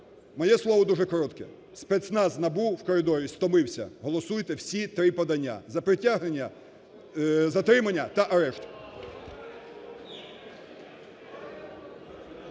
моє слово дуже коротке, спецназ НАБУ в коридорі стомився, голосуйте всі три подання: за притягнення, затримання та арешт.